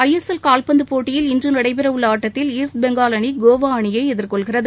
ஜ S L கால்பந்து போட்டியில் இன்று நடைபெற உள்ள ஆட்டத்தில் ஈஸ்ட் பெங்கால் அணி கோவா அணியை எதிர்கொள்கிறது